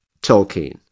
Tolkien